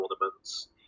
ornaments